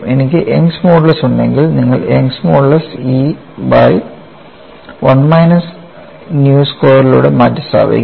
എനിക്ക് Young's modulus ഉണ്ടെങ്കിൽ നിങ്ങൾ Young's modulus E by 1 minus nu സ്ക്വയറിലൂടെ മാറ്റിസ്ഥാപിക്കും